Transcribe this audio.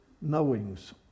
knowings